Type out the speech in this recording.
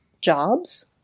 jobs